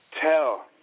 tell